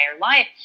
life